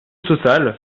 total